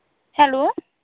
hello